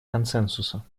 консенсуса